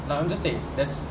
like I'm just saying there's